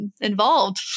involved